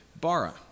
bara